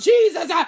Jesus